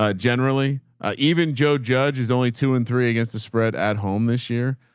ah generally ah even joe judge has only two and three against the spread at home this year.